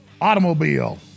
automobile